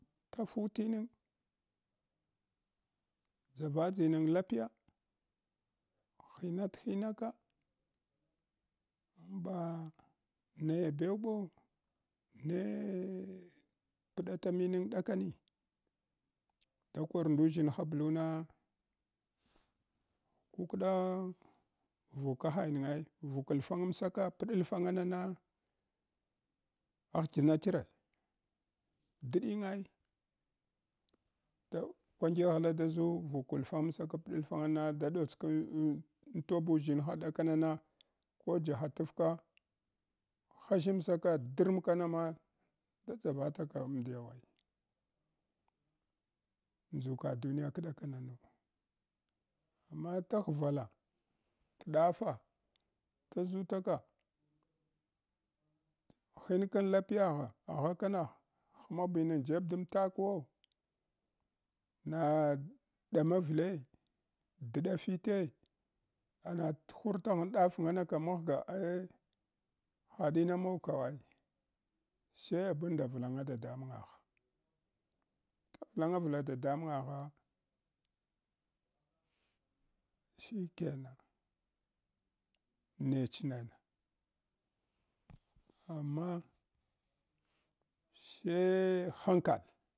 Tafutinig ɗʒavadʒinig lapiya hibathinaka amba naya hewbo neh pdata mining daka nai, dai kor du ʒshinha bluna kukda vuka hainige vukalgangamsaka udalʒanga nana ahdina chre diɗinga ai toh kwanqeghla da zu vukalfanginsadka puɗulʒanga na da dotskan en entobuʒsinha ɗakanana ko jahatafaka hashinsaka dirmkanama da dʒavataka mdiya wa ai. Nʒuka duniya kdaka nanaw, amma taghvala tan ɗafa ta ʒutaka binkan lapiya gha agha kana hmabinig jeb da mtakwo na ɗama vile, dida fite ama tuhur tahan ɗafganaka maghaga ai hadina mogakanwai sai abund vulaga dadamungah. Vulanavula dadamungagha shikana nech nam amma sai hankal.